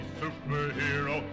superhero